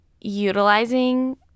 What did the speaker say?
utilizing